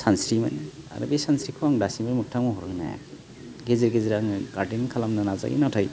सानस्रिमोन आरो बे सानस्रिखौ आं दासिमबो मोगथां महर होनो हायाखै गेजेर गेजेर आङो गारदेनिं खालामनो नाजायो नाथाइ